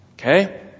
Okay